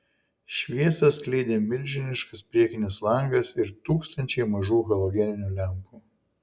šviesą skleidė milžiniškas priekinis langas ir tūkstančiai mažų halogeninių lempų